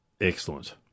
excellent